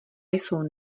jsou